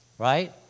Right